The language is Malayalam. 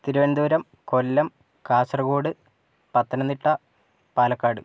തിരുവനന്തപുരം കൊല്ലം കാസർഗോഡ് പത്തനംതിട്ട പാലക്കാട്